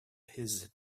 his